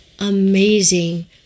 amazing